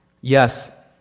Yes